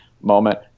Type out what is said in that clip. moment